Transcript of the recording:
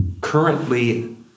Currently